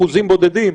אלו אחוזים בודדים?